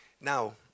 Now